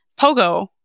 Pogo